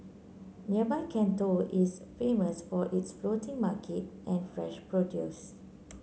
nearby Can Tho is famous for its floating market and fresh produce